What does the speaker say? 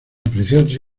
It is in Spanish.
apreciarse